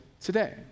today